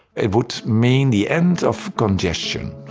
it would mean the end of congestion